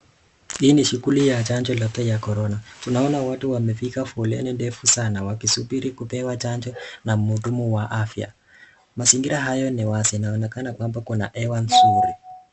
Hii ni shughuli ya chanjo ya korona. tunaona watu wamefika fuleni ndefu sana wakisubiri kupewa chanjo na mhudumu wa afya, mazingira hayo ni wazi inaoenkana kwamba kuna hewa nzuri.